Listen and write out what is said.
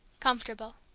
comfortable.